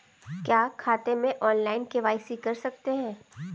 क्या खाते में ऑनलाइन के.वाई.सी कर सकते हैं?